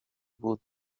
بود